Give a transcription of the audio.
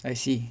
I see